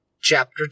Chapter